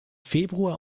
februar